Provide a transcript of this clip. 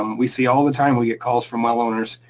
um we see all the time, we get calls from well owners,